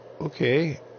Okay